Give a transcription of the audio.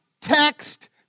text